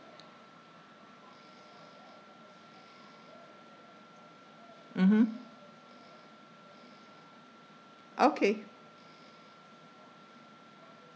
mmhmm okay